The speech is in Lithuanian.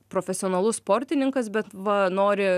profesionalus sportininkas bet va nori